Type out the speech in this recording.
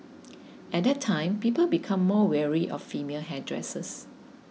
at that time people became more wary of female hairdressers